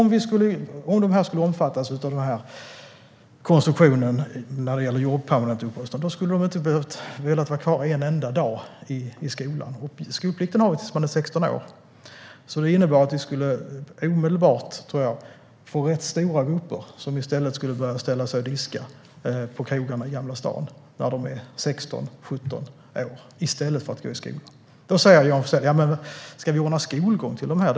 Om de skulle omfattas av konstruktionen med jobb-permanent-uppehållstillstånd skulle de inte vilja vara kvar i skolan en enda dag. Skolplikt har man tills man är 16 år. Det innebär att vi omedelbart skulle få rätt stora grupper som ställer sig och diskar på krogarna i Gamla stan när de blir 16, 17 år i stället för att gå i skolan. Då säger Johan Forssell: Ska vi ordna skolgång till de här?